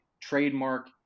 trademark